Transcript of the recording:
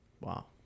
Wow